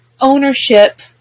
ownership